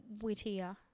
wittier